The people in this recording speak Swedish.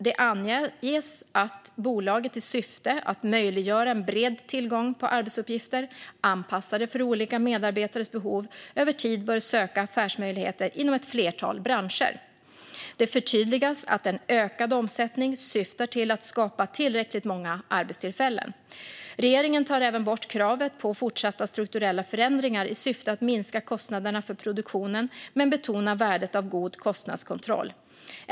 Det anges att bolaget i syfte att möjliggöra en bred tillgång på arbetsuppgifter anpassade för olika medarbetares behov över tid bör söka affärsmöjligheter inom ett flertal branscher. Det förtydligas att en ökad omsättning syftar till att skapa tillräckligt många arbetstillfällen. Regeringen tar även bort kravet på fortsatta strukturella förändringar i syfte att minska kostnaderna för produktionen men betona värdet av god kostnadskontroll.